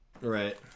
right